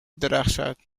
درخشد